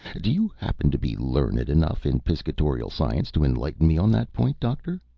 do you happen to be learned enough in piscatorial science to enlighten me on that point, doctor?